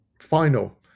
final